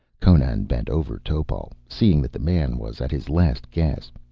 conan bent over topal, seeing that the man was at his last gasp.